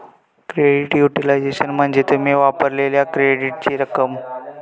credit utilisation म्हणजे तुम्ही वापरलेल्यो क्रेडिटची रक्कम